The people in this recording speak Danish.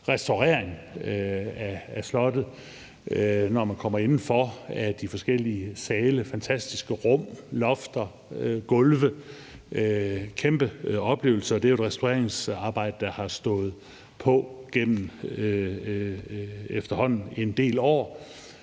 restaurering af slottet – det ser man, når man kommer indenfor – altså af de forskellige sale, fantastiske rum, lofter, gulve. Det er en kæmpe oplevelse, og det er jo et restaureringsarbejde, der har stået på igennem efterhånden en del år,